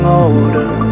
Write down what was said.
older